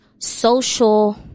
Social